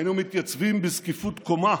היינו מתייצבים בזקיפות קומה